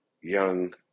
young